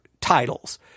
titles